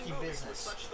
business